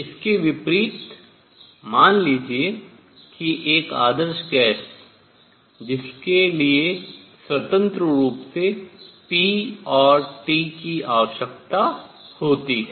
इसके विपरीत मान लीजिए कि एक आदर्श गैस जिसके लिए स्वतंत्र रूप से p और T की आवश्यकता होती है